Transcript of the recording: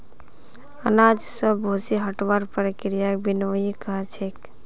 अनाज स भूसी हटव्वार प्रक्रियाक विनोइंग कह छेक